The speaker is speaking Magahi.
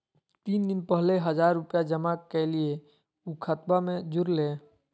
तीन दिन पहले हजार रूपा जमा कैलिये, ऊ खतबा में जुरले?